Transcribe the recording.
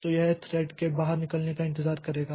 तो यह थ्रेड के बाहर निकलने का इंतजार करेगा